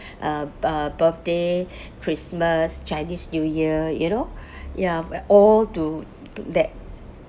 uh b~ uh birthday christmas chinese new year you know ya but all do do that